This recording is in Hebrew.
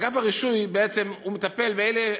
אגף הרישוי הוא בעצם מטפל באלה,